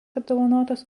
apdovanotas